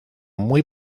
muy